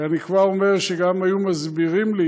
ואני כבר אומר שגם אם היו מסבירים לי